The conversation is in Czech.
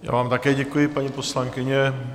Já vám také děkuji, paní poslankyně.